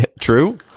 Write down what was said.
true